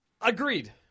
Agreed